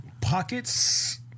Pockets